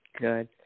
Good